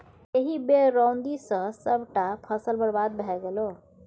एहि बेर रौदी सँ सभटा फसल बरबाद भए गेलै